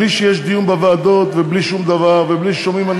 בלי שיש דיון בוועדות ובלי שום דבר ובלי ששומעים,